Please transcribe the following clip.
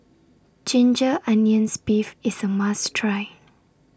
Ginger Onions Beef IS A must Try